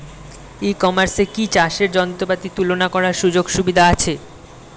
ই কমার্সে কি চাষের যন্ত্রপাতি তুলনা করার সুযোগ সুবিধা আছে?